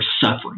suffering